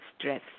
stress